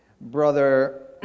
Brother